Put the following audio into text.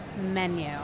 menu